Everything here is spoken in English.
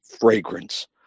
fragrance